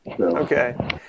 Okay